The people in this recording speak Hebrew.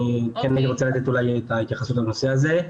אני הייתי רוצה לתת את ההתייחסות לנושא הזה.